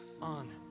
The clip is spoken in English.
on